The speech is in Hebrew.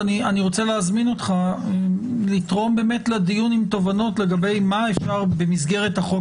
אני רוצה להזמין אותך לתרום לדיון עם תובנות לגבי מה אפשר במסגרת החוק